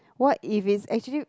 what if it's actually